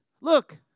look